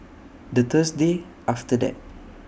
The Thursday after that